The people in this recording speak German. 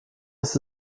ist